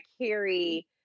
carry